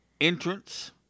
entrance